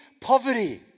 poverty